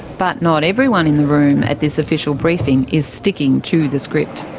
but not everyone in the room at this official briefing is sticking to the script.